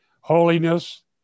holiness